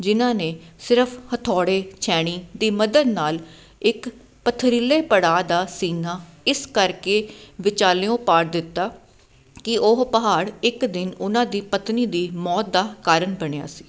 ਜਿਹਨਾਂ ਨੇ ਸਿਰਫ ਹਥੌੜੇ ਛੈਣੀ ਦੀ ਮਦਦ ਨਾਲ ਇੱਕ ਪਥਰੀਲੇ ਪੜਾਅ ਦਾ ਸੀਨਾ ਇਸ ਕਰਕੇ ਵਿਚਾਲਿਓਂ ਪਾੜ ਦਿੱਤਾ ਕਿ ਉਹ ਪਹਾੜ ਇੱਕ ਦਿਨ ਉਹਨਾਂ ਦੀ ਪਤਨੀ ਦੀ ਮੌਤ ਦਾ ਕਾਰਨ ਬਣਿਆ ਸੀ